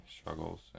struggles